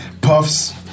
Puff's